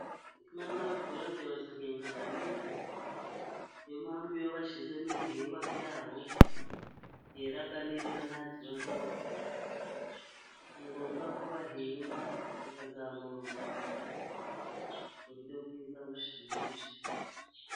Imirima y'abaturage bayihinga neza niyo mpamvu bashyizemo ibihingwa byabo byera neza nta kibazo bifite, ni ngombwa ko bahinga bakazamura ubutaka bwiza bushimisha.